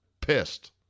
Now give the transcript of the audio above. Pissed